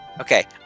Okay